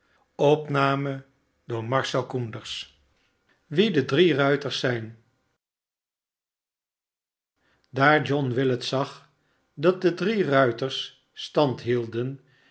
wie de drie ruiters zijn daar john willet zag dat de drie ruiters stand hielden